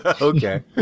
Okay